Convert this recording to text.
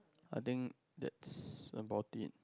I think that's about thin